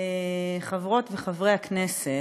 חברות וחברי הכנסת,